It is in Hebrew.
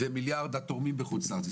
ומיליארד התורמים בחוץ לארץ.